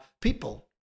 people